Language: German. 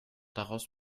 daraus